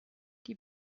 die